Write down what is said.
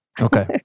Okay